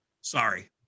Sorry